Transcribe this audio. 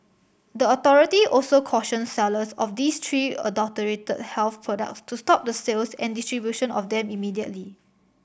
the authority also cautioned sellers of these three adulterated health products to stop the sales and distribution of them immediately